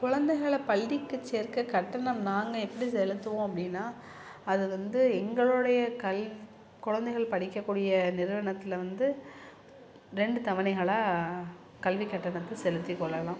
கொழந்தைகள பள்ளிக்கு சேர்க்க கட்டணம் நாங்கள் எப்படி செலுத்துவோம் அப்படின்னா அது வந்து எங்களுடைய கல்வி கொழந்தைகள் படிக்கக்கூடிய நிறுவனத்தில் வந்து ரெண்டு தவணைகளாக கல்வி கட்டணத்தை செலுத்தி கொள்ளலாம்